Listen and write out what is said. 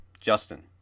justin